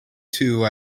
two